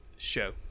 show